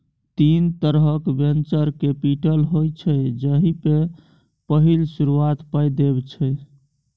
तीन तरहक venture capital होइ छै जाहि मे पहिल शुरुआती पाइ देब छै